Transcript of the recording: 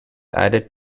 added